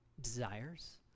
desires